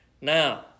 Now